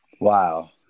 Wow